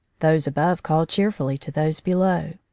those above called cheerfully to those below.